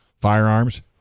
firearms